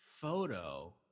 photo